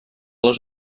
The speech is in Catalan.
les